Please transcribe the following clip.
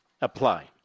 apply